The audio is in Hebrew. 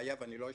אם אני לא אשלם.